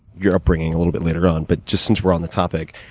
your upbringing a little bit later on. but, just since we're on the topic,